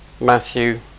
Matthew